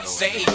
say